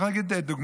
אני יכול לתת דוגמה,